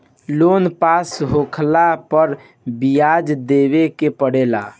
loan pass होखला पअ बियाज देवे के पड़ेला